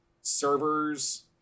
servers